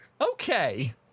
Okay